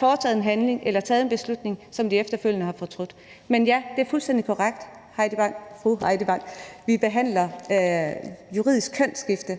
foretaget en handling eller taget en beslutning, som de efterfølgende har fortrudt. Men ja, det er fuldstændig korrekt, fru Heidi Bank, at vi behandler juridisk kønsskifte,